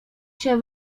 się